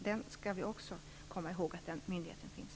Vi skall komma ihåg att den myndigheten finns.